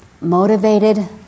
motivated